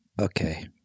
Okay